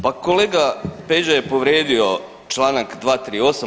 Pa kolega Peđa je povrijedio čl. 238.